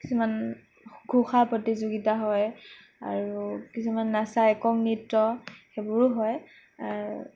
কিছুমান ঘোষা প্ৰতিযোগিতা হয় আৰু কিছুমান নচাই একক নৃত্য সেইবোৰো হয়